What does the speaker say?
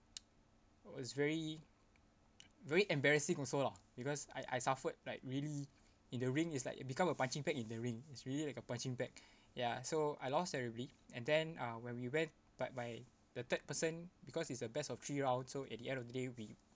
was very very embarrassing also lah because I I suffered like really in the ring is like it become a punching bag in the ring it's really like a punching bag ya so I lost terribly and then uh when we went but by the third person because it's a best of three round so at the end of the day we